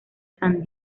san